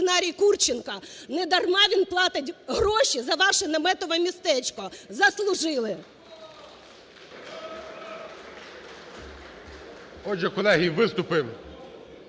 Отже, колеги, виступи